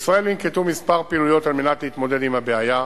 בישראל ננקטו כמה פעולות על מנת להתמודד עם הבעיה: